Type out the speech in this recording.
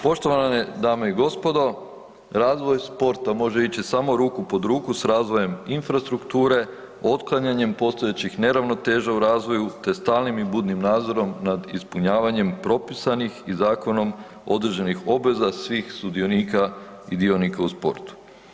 Poštovane dame i gospodo, razvoj sporta može ići samo ruku pod ruku s razvojem infrastrukture, otklanjanjem postojećih neravnoteža u razvoju te stalnim i budnim razvojem nad ispunjavanjem propisanih i zakonom određenih obveza svih sudionika i dionika u sportu.